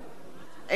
אינו נוכח